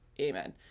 Amen